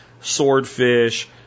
swordfish